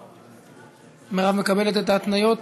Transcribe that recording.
מירב, מקבלת את ההתניות?